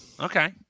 Okay